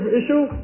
issue